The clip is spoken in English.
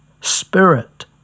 spirit